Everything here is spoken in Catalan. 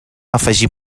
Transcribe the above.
afegir